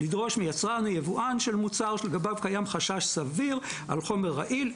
לדרוש מיצרן או יבואן של מוצר שלגביו קיים חשש סביר על חומר רעיל,